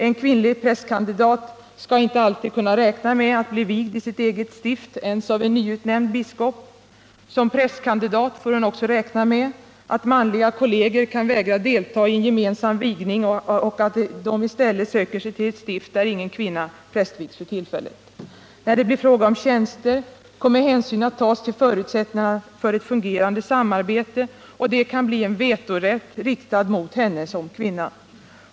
En kvinnlig prästkandidat skall inte alltid kunna räkna med att bli vigd i sitt eget stift, inte ens av en nyutnämnd biskop. Som prästkandidat får hon också räkna med att manliga kolleger kan vägra delta i en gemensam vigning och att de i stället söker sig till stift där för tillfället ingen kvinna prästvigs. När det blir fråga om tjänster kommer hänsyn att tas till förutsättningarna för ett fungerande samarbete, och det kan bli en vetorätt riktad mot henne som kvinna.